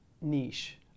niche